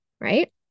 right